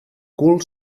cul